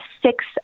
six